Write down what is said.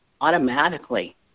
automatically